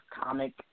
comic